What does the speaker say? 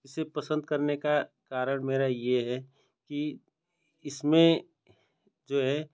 इसे पसंद करने का कारण मेरा यह है कि इसमें जो है